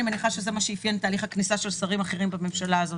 ואני מניחה שזה מה שאפיין את תהליך הכניסה של שרים אחרים בממשלה הזאת,